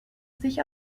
sich